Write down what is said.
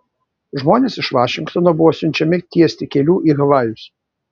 žmonės iš vašingtono buvo siunčiami tiesti kelių į havajus